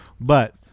But-